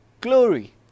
glory